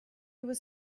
was